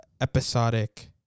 episodic